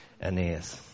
Aeneas